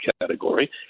category